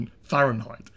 Fahrenheit